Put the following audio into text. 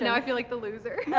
and i feel like the loser.